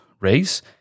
race